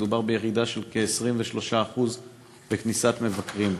מדובר בירידה של כ-23% בכניסת מבקרים.